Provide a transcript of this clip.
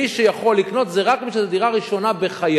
מי שיכול לקנות זה רק מי שזו דירה ראשונה בחייו.